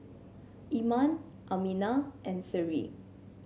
Iman Aminah and Seri